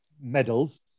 medals